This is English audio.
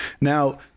Now